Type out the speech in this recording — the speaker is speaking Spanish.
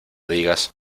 digas